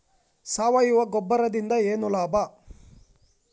ಸಾವಯವ ಗೊಬ್ಬರದಿಂದ ಏನ್ ಲಾಭ?